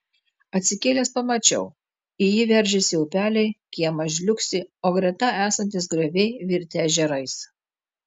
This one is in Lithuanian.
atsikėlęs pamačiau į jį veržiasi upeliai kiemas žliugsi o greta esantys grioviai virtę ežerais